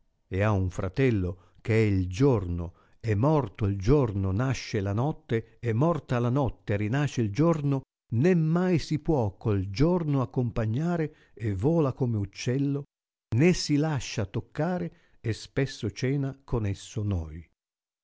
e ha un fratello che è il giorno e morto il giorno nasce la notte e morta la notte rinasce il giorno né mai si può col giorno accompagnare e vola come uccello né si lascia toccare e spesso cena con esso noi